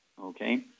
okay